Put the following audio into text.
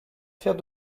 faire